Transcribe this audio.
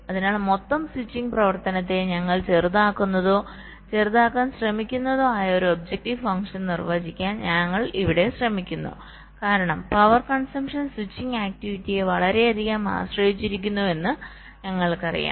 അതിനാൽ മൊത്തം സ്വിച്ചിംഗ് പ്രവർത്തനത്തെ ഞങ്ങൾ ചെറുതാക്കുന്നതോ ചെറുതാക്കാൻ ശ്രമിക്കുന്നതോ ആയ ഒരു ഒബ്ജക്റ്റീവ് ഫങ്ക്ഷൻ നിർവചിക്കാൻ ഞങ്ങൾ ഇവിടെ ശ്രമിക്കുന്നു കാരണം പവർ കൺസംപ്ഷൻ സ്വിച്ചിംഗ് ആക്ടിവിറ്റിയെ വളരെയധികം ആശ്രയിച്ചിരിക്കുന്നുവെന്ന് ഞങ്ങൾക്കറിയാം